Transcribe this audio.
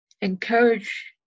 encourage